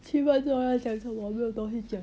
七分钟要讲什么我没有东西讲